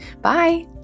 Bye